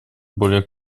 более